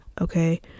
okay